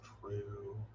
True